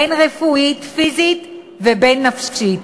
בין רפואית-פיזית ובין נפשית.